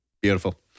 Beautiful